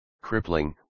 crippling